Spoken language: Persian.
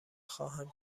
خواهم